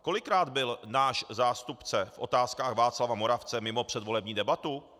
Kolikrát byl náš zástupce v Otázkách Václava Moravce mimo předvolební debatu?